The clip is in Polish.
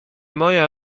moja